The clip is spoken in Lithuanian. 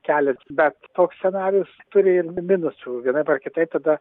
kelias bet toks scenarijus turi ir minusų vienaip ar kitaip tada